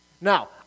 Now